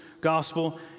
gospel